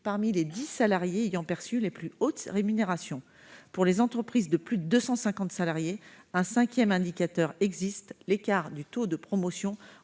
parmi les dix salariés ayant perçu les plus hautes rémunérations. Pour les entreprises de plus de 250 salariés, un cinquième indicateur existe : l'écart du taux de promotion